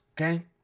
okay